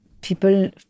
people